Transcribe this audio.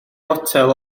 fotel